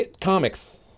Comics